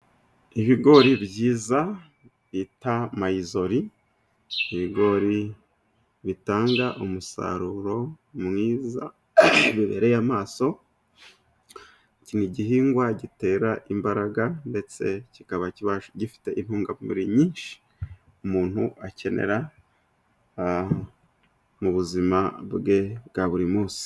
Ibigori byiza bita mayizori, ibigori bitanga umusaruro mwiza, ubereye amaso. Iki ni igihingwa gitera imbaraga, ndetse kikaba gifite intungamubiri nyinshi, umuntu akenera mubuzima bwe bwa buri munsi.